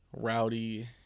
rowdy